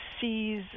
sees